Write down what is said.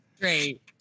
Great